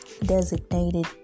Designated